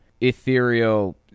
ethereal